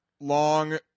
long